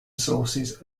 sources